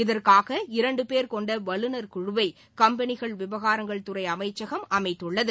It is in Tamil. இதற்காக இரண்டு பேர் கொண்ட வல்லுநர் குழுவை கம்பெளி விவகாரங்கள் துறை அமைச்சகம் அமைத்துள்ளது